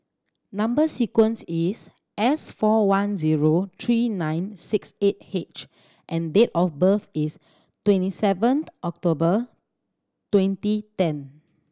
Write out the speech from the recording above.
number sequence is S four one zero three nine six eight H and date of birth is twenty seventh October twenty ten